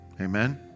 Amen